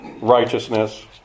righteousness